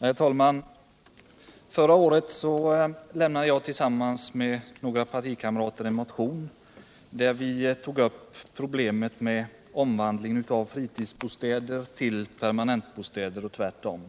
Herr talman! Förra året lämnade jag tillsammans med några partikamrater en motion, där vi tog upp problemet med omvandlingen av fritidsbostäder till permanentbostäder och tvärtom.